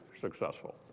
successful